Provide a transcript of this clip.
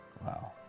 Wow